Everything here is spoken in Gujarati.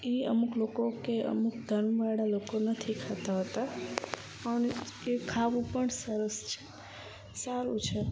એ અમુક લોકો કે અમુક ધર્મવાળા લોકો નથી ખાતા હોતા અને એ ખાવું પણ સરસ છે સારું છે